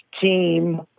team